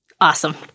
Awesome